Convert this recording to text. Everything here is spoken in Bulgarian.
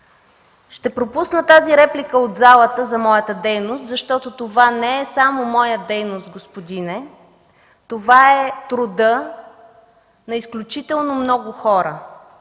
Ще пропусна тази реплика от залата за моята дейност, защото това не е само моя дейност, господине, това е трудът на изключително много хора